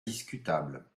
discutable